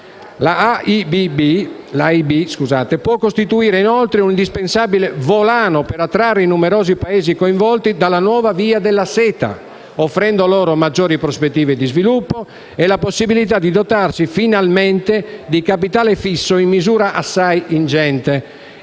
asiatica può costituire un indispensabile volano per attrarre i numerosi Paesi coinvolti dalla nuova via della seta, offrendo loro maggiori prospettive di sviluppo e la possibilità di dotarsi finalmente di capitale fisso in misura assai ingente.